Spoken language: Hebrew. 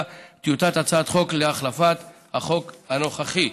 טיוטת הצעת חוק להחלפת החוק הנוכחי.